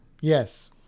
Yes